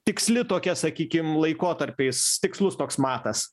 tiksli tokia sakykim laikotarpiais tikslus toks matas